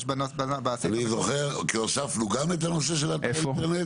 יש, אני זוכר כי הוספנו גם את הנושא של האינטרנט.